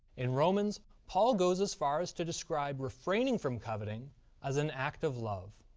in romans, paul goes as far as to describe refraining from coveting as an act of love